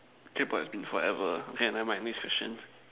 Kay but forever okay never mind next question